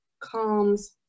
calms